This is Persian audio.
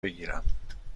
بگیرم